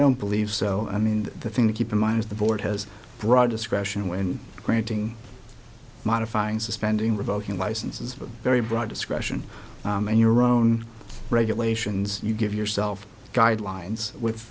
don't believe so i mean the thing to keep in mind is the board has broad discretion when granting modifying suspending revoking licenses for very broad discretion and your own regulations you give yourself guidelines with